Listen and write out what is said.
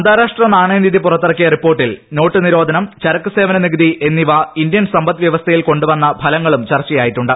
അന്താരാഷ്ട്ര നാണയ നിധി പുറത്തിറക്കിയ റിപ്പോർട്ടിൽ നോട്ട് നിരോധനം ചരക്ക് സേവന നികുതി എന്നിവ ഇന്ത്യൻ സമ്പദ് വൃവസ്ഥയിൽ കൊണ്ടുവന്ന ഫലങ്ങളും ചർച്ചയായിട്ടുണ്ട്